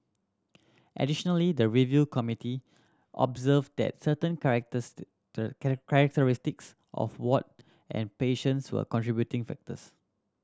additionally the review committee observed that certain characteristic characteristics of ward and patients were contributing factors